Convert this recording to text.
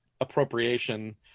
appropriation